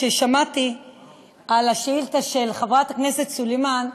כששמעתי על השאילתה של חברת הכנסת סלימאן,